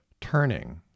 Turning